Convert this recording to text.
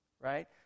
right